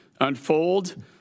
unfold